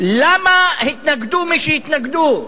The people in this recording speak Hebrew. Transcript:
למה התנגדו מי שהתנגדו?